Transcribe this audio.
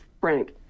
Frank